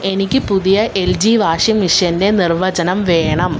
എനിക്ക് പുതിയ L G washing മെഷീനിൻ്റെ നിർവചനം വേണം